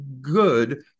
good